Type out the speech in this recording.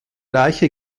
reiche